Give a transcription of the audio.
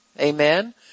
Amen